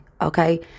Okay